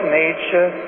nature